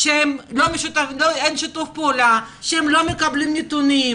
אין ספק שרשות מקומית היא לבנת יסוד.